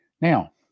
Now